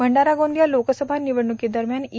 भंडारा गोंदिया लोकसभा निवडणुक्री दरम्यान ई